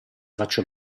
faccio